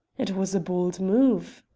it was a bold move.